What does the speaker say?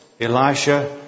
Elisha